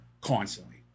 constantly